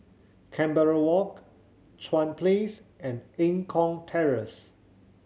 Canberra Walk Chuan Place and Eng Kong Terrace